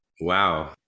Wow